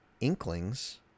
Inklings